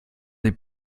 des